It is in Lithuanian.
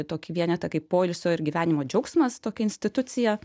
tokį vienetą kaip poilsio ir gyvenimo džiaugsmas tokią instituciją